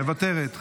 מוותרת,